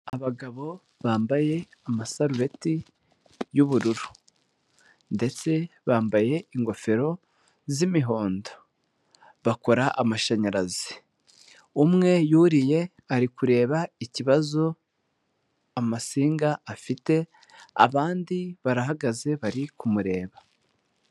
Abagabo bambaye amasarubeti y'ubururu ndetse bambaye ingofero z'imihondo, bakora amashanyarazi umwe yuriye ari kureba ikibazo amasinga afite abandi barahagaze bari kumureba.